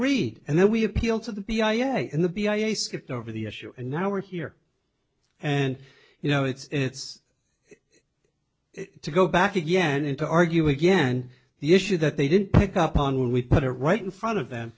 agreed and then we appealed to the b i am the b i a skipped over the issue and now we're here and you know it's it to go back again into argue again the issue that they didn't pick up on when we put it right in front of them